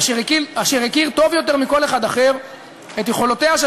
אשר הכיר טוב יותר מכל אחד אחר את יכולותיה של